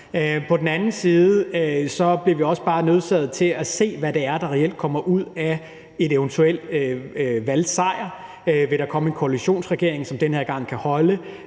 På den anden side er vi også bare nødsaget til at se, hvad der reelt kommer ud af en eventuel valgsejr. Vil der komme en koalitionsregering, som den her gang kan holde?